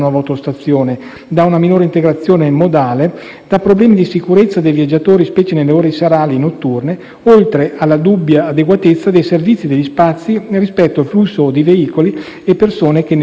da problemi di sicurezza dei viaggiatori, specie nelle ore serali e notturne, oltre che dalla dubbia adeguatezza dei servizi e degli spazi rispetto al flusso di veicoli e persone ne deriverebbe. Il Ministero però,